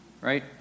right